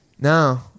no